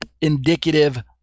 indicative